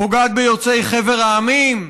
פוגעת ביוצאי חבר המדינות.